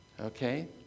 Okay